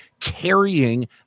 carrying